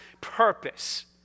purpose